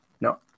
No